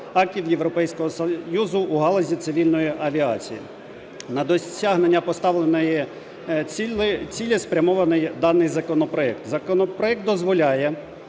актів Європейського Союзу у галузі цивільної авіації. На досягнення поставленої цілі спрямований даний законопроект. Законопроект дозволяє